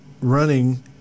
running